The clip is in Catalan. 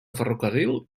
ferrocarril